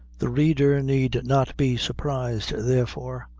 the reader need not be surprised, therefore,